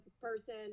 person